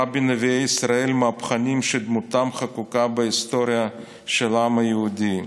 ראה בנביאי ישראל מהפכנים שדמותם חקוקה בהיסטוריה של העם היהודי.